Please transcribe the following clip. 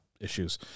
issues